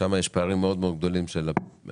ושם יש פערים מאוד מאוד גדולים של הפרסומים